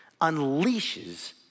unleashes